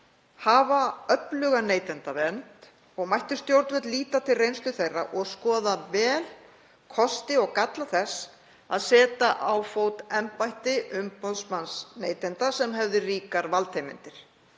hafa öfluga neytendavernd og mættu stjórnvöld líta til reynslu þeirra og skoða vel kosti og galla þess að setja á fót embætti umboðsmanns neytenda sem hefði ríkar valdheimildir.